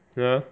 !huh!